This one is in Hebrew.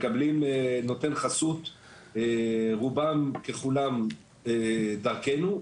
מקבלים נותן חסות רובם ככולם דרכנו.